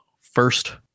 first